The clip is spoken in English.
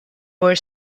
were